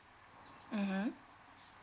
mmhmm